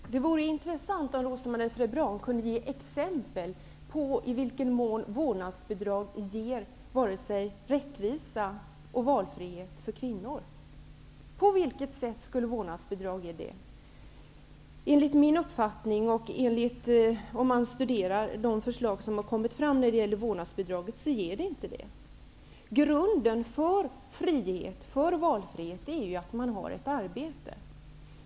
Herr talman! Det vore intressant om Rose-Marie Frebran kunde ge exempel på i vilken mån vårdnadsbidraget ger rättvisa och valfrihet till kvinnor. På vilket vis skulle vårdnadsbidraget ge det? Enligt min uppfattning, efter att ha studerat de förslag som lagts fram om vårdnadsbidrag, ger det inte det. Grunden för valfrihet är att man har ett arbete.